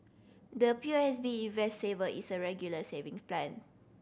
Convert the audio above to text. the P O S B Invest Saver is a Regular Saving Plan